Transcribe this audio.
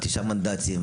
תשעה מנדטים.